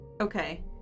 Okay